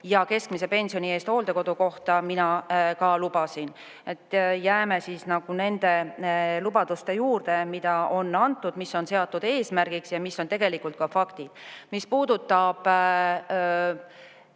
ja keskmise pensioni eest hooldekodukohta mina ka lubasin. Me jääme nende lubaduste juurde, mida on antud, mis on seatud eesmärgiks ja mis on tegelikult ka faktid. Mis puudutab